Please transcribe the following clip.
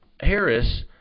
Harris